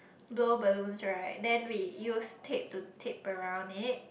blow balloons right then we use tape to tape around it